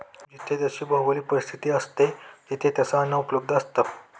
जिथे जशी भौगोलिक परिस्थिती असते, तिथे तसे अन्न उपलब्ध असतं